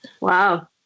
Wow